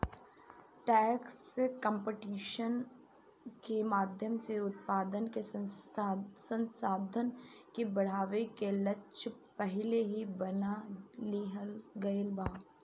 tax competition के माध्यम से उत्पादन के संसाधन के बढ़ावे के लक्ष्य पहिलही बना लिहल गइल बा